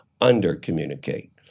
under-communicate